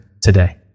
today